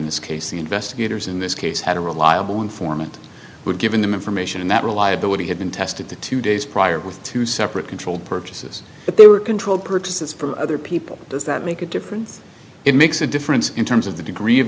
in this case the investigators in this case had a reliable informant would given them information and that reliability had been tested to two days prior with two separate controlled purchases that they were controlled purchases for other people does that make a difference it makes a difference in terms of the degree of